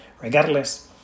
regardless